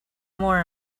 more